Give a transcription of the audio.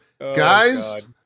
Guys